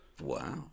Wow